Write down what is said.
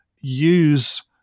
use